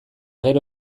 gero